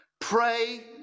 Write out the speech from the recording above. pray